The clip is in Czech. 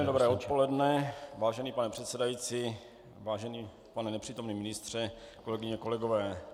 Příjemné dobré odpoledne, vážený pane předsedající, vážený pane nepřítomný ministře, kolegyně, kolegové.